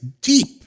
deep